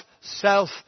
self